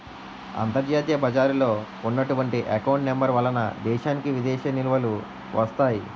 అంతర్జాతీయ బజారులో ఉన్నటువంటి ఎకౌంట్ నెంబర్ వలన దేశానికి విదేశీ నిలువలు వస్తాయి